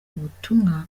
ubutumwa